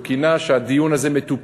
הוא אמר שהדיון הזה מטופש: